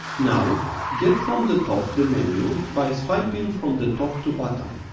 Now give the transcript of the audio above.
now get from the top the menu by swiping from the top to bottom.